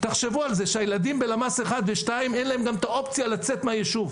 תחשבו על זה שלילדים בלמ"ס אחד ושתיים אין את האופציה לצאת מהיישוב,